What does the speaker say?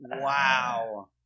Wow